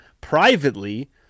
privately